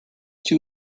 two